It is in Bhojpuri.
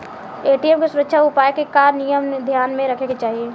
ए.टी.एम के सुरक्षा उपाय के का का नियम ध्यान में रखे के चाहीं?